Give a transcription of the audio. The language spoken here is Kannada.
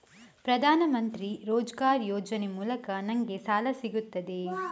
ಪ್ರದಾನ್ ಮಂತ್ರಿ ರೋಜ್ಗರ್ ಯೋಜನೆ ಮೂಲಕ ನನ್ಗೆ ಸಾಲ ಸಿಗುತ್ತದೆಯೇ?